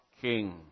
king